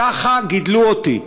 כך גידלו אותי,